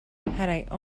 had